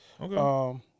Okay